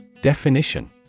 Definition